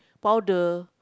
powder